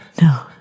No